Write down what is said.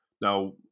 Now